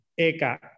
eka